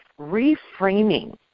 reframing